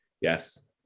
yes